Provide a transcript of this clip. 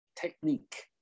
technique